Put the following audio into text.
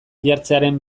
jartzearen